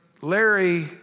Larry